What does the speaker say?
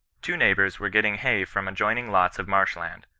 two neighbours were getting hay from adjoining lots of marsh land.